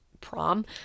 prom